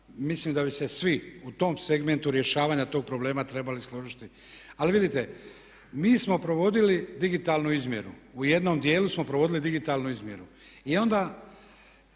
mislim da bi se svi u tom segmentu rješavanja tog problema trebali složiti. Ali vidite mi smo provodili digitalnu izmjeru, u jednom djelu smo provodili digitalnu izmjeru i onda